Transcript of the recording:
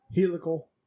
Helical